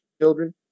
children